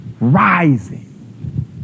rising